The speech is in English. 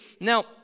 now